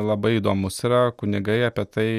labai įdomus yra kunigai apie tai